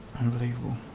Unbelievable